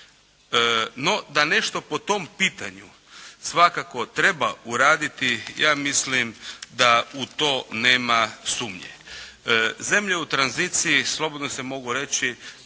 No, da nešto po tom pitanju svakako treba uraditi, ja mislim da u to nema sumnje. Zemlje u tranziciji slobodno se može reći,